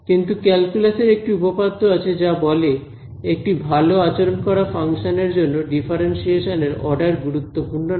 কিন্তু ক্যালকুলাসের একটি উপপাদ্য আছে যা বলে একটি ভালো আচরণ করা ফাংশন এর জন্য ডিফারেন্সিয়েশন এর অর্ডার গুরুত্বপূর্ণ নয়